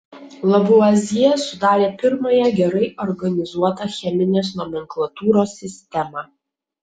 lavuazjė sudarė pirmąją gerai organizuotą cheminės nomenklatūros sistemą